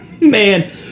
Man